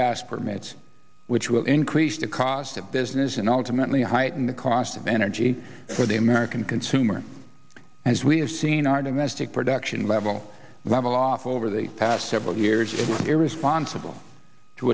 gas permits which will increase the cost of business and ultimately heighten the cost of energy for the american consumer as we have seen our domestic production level level off over the past several years is irresponsible to